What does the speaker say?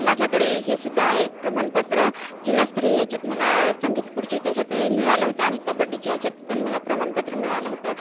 माझ्याकडे हे सुद्धा आहे प्रमाणपत्र जिल्हास्तरीय याच्यात मला संगीत खुर्ची त्याच्यातही मिळालं होतं आणि कबड्डीच्या याच्यात पण मला प्रमाणपत्र मिळालं होतं